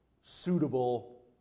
suitable